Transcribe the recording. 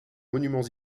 monuments